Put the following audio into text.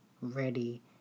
ready